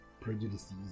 prejudices